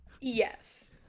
Yes